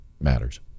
matters